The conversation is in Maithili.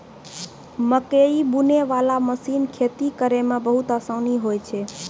मकैइ बुनै बाला मशीन खेती करै मे बहुत आसानी होय छै